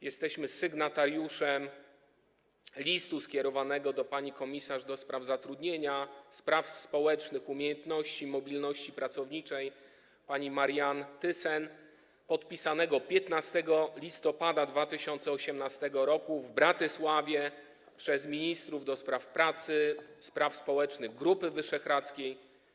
Jesteśmy sygnatariuszem listu skierowanego do pani komisarz ds. zatrudnienia, spraw społecznych, umiejętności i mobilności pracowniczych Marianne Thyssen, podpisanego 15 listopada 2018 r. w Bratysławie przez ministrów ds. pracy i spraw społecznych Grupy Wyszehradzkiej.